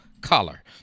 color